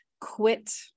quit